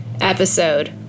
episode